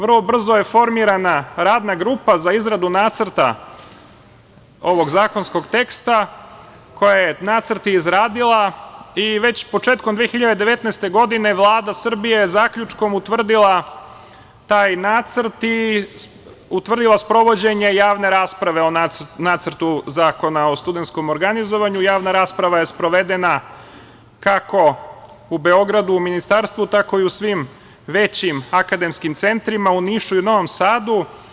Vrlo brzo je formirana radna grupa za izradu nacrta ovog zakonskog teksta, koja je nacrt izradila, i već početkom 2019. godine, Vlada Srbije je zaključkom utvrdila taj nacrt i utvrdila sprovođenje javne rasprave o Nacrtu zakona o studentskom organizovanju, i javna rasprava je sprovedena u Beogradu, u Ministarstvu, tako i u svim većim akademskim centrima, u Nišu i Novom Sadu.